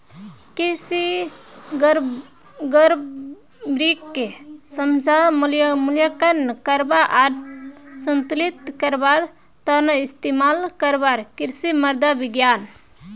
कृषि गड़बड़ीक समझवा, मूल्यांकन करवा आर संतुलित करवार त न इस्तमाल करवार कृषि मृदा विज्ञान